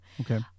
Okay